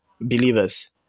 believers